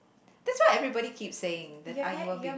that's why everybody keep saying that I will be